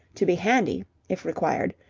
to be handy, if required,